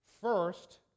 first